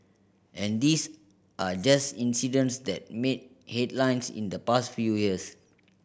and these are just incidents that made headlines in the past few years